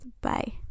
Bye